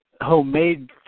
homemade